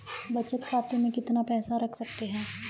बचत खाते में कितना पैसा रख सकते हैं?